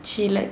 she like